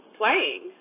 playing